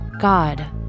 god